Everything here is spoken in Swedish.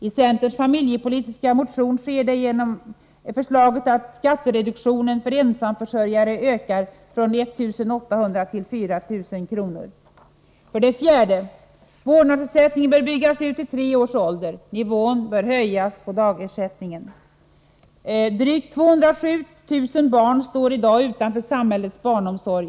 I centerns familjepolitiska motion sker det genom förslaget att skattereduktionen för ensamförsörjare ökar från 1 800 till 4 000 kr. För det fjärde: Vårdnadsersättningen bör byggas ut till att gälla upp till tre års ålder. Nivån bör höjas på dagersättningen. Drygt 207 000 barn står i dag utanför samhällets barnomsorg.